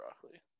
broccoli